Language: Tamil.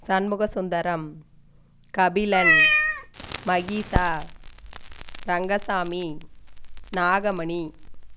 சண்முகசுந்தரம் கபிலன் மகிஷா ரங்கசாமி நாகமணி